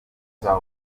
nka